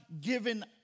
given